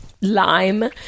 lime